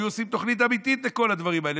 היו עושים תוכנית אמיתית לכל הדברים האלה,